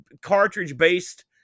cartridge-based